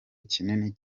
kinini